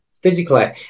physically